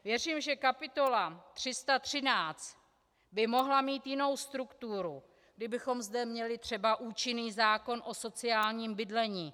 Věřím, že kapitola 313 by mohla mít jinou strukturu, kdybychom zde měli třeba účinný zákon o sociálním bydlení.